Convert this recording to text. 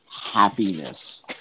happiness